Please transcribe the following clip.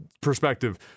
perspective